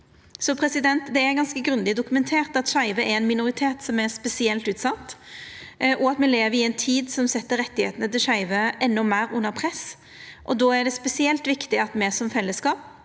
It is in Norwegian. Så det er ganske grundig dokumentert at skeive er ein minoritet som er spesielt utsett, og at me lever i ei tid som set rettane til skeive endå meir under press. Då er det spesielt viktig at me som fellesskap,